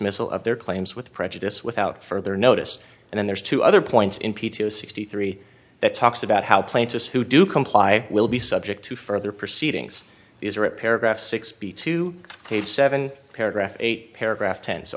dismissal of their claims with prejudice without further notice and then there's two other points in p t o sixty three that talks about how plaintiffs who do comply will be subject to further proceedings these are at paragraph sixty two page seven paragraph eight paragraph ten so